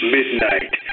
Midnight